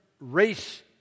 race